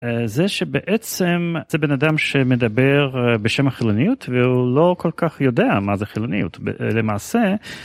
זה שבעצם זה בן אדם שמדבר בשם החילוניות והוא לא כל כך יודע מה זה חילוניות למעשה.